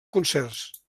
concerts